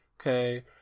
Okay